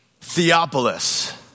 Theopolis